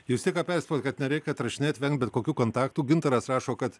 jūs tik ką perspėjot kad nereikia atrašinėt venkt bet kokių kontaktų gintaras rašo kad